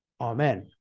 Amen